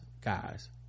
guys